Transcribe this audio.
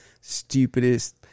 stupidest